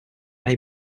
may